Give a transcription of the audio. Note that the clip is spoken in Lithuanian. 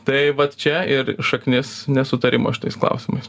tai vat čia ir šaknis nesutarimų šitais klausimais